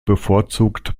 bevorzugt